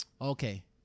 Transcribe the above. Okay